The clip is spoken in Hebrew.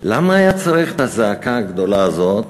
למה היה צריך את הזעקה הגדולה הזאת,